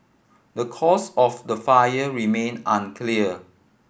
the cause of the fire remain unclear